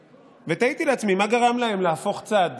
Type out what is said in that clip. תהיתי לעצמי מה גרם להם להפוך צד,